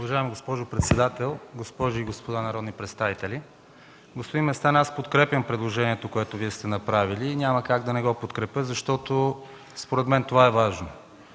Уважаема госпожо председател, уважаеми госпожи и господа народни представители! Господин Местан, аз подкрепям предложението, което Вие сте направили и няма как да не го подкрепя, защото според мен това е важно.